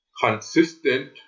consistent